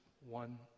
one